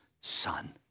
son